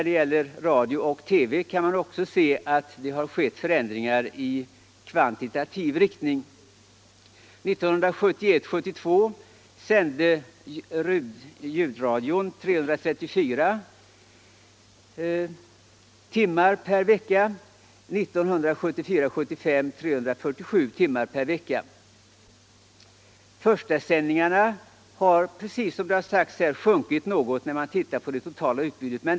Det kan nämnas att ljudradion 1971 75 hade ökat till 347 timmar i veckan. Förstasändningarna i TV har precis som det redan sagts minskat något i förhållande till det totala utbudet.